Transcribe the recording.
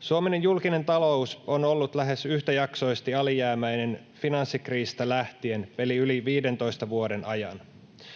Suomen julkinen talous on ollut lähes yhtäjaksoisesti alijäämäinen finanssikriisistä lähtien, eli yli 15 vuoden ajan.